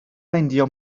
meindio